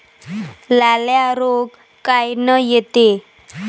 लाल्या रोग कायनं येते?